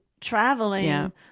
traveling